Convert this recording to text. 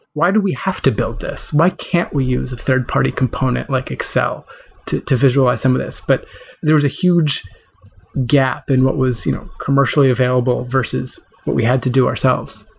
why do we have to build this? why can't we use a third-party component like excel to to visualize some of these? but there was a huge gap in what was you know commercially available versus what we had to do ourselves.